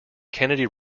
kennedy